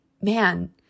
man